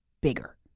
bigger